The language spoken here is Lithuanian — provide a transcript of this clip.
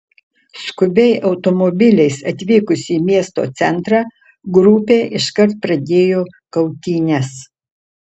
skubiai automobiliais atvykusi į miesto centrą grupė iškart pradėjo kautynes